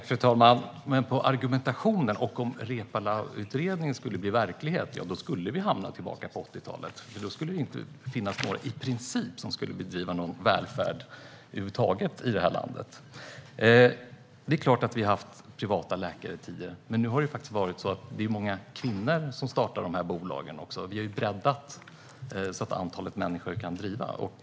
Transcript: Fru talman! Om Ilmar Reepalus utredning skulle bli verklighet skulle vi hamna där vi var på 1980-talet, eftersom det då i princip inte skulle finnas några privata bolag över huvud taget som bedriver någon välfärd i detta land. Det är klart att vi har haft privata läkare tidigare. Men nu är det också många kvinnor som startar dessa bolag. Vi har breddat detta, så att ett större antal människor kan driva dessa bolag.